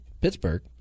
Pittsburgh